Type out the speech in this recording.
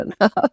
enough